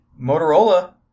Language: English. Motorola